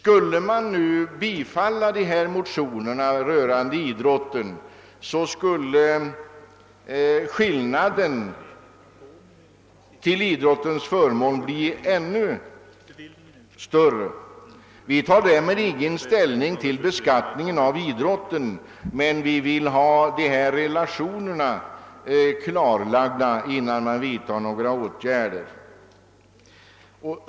Om vi nu bifölle motionerna rörande beskattningen av idrottsorganisationerna, skulle skillnaden till idrottsorganisationernas förmån bli ännu större. Utskottet tar därmed ingen ställning till frågan om beskattningen av idrottsorganisationerna, men vi vill ha dessa relationer klarlagda innan vi vidtar några åtgärder.